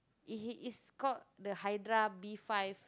it is called the Hydra B five